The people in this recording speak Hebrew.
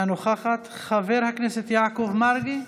אינה נוכחת, חבר הכנסת יעקב מרגי,